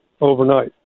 overnight